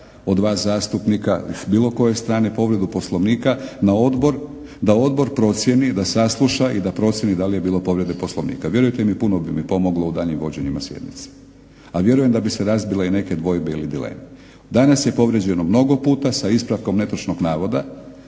od vas zastupnika s bilo koje strane povredu Poslovnika na odbor da odbor procjeni, da sasluša i da procjeni da li je bilo povrede Poslovnika. Vjerujte mi puno bi mi pomoglo u daljnjim vođenjima sjednice. A vjerujem da bi se razbile i neke dvojbe ili dileme. Danas je povrijeđeno mnogo puta sa ispravkom netočnog navoda,